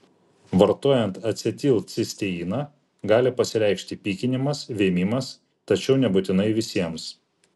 vartojant acetilcisteiną gali pasireikšti pykinimas vėmimas tačiau nebūtinai visiems